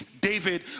David